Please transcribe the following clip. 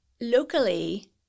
locally